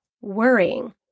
worrying